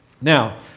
Now